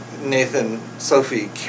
Nathan-Sophie